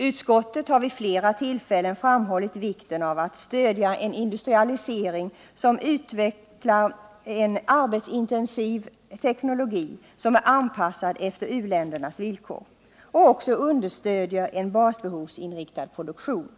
Utskottet har vid flera tillfällen framhållit vikten av att stödja en industrialisering, som utvecklar en arbetsintensiv teknologi, som är anpassad efter u-ländernas villkor och också understöder en basbehovsinriktad produktion.